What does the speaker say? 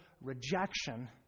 rejection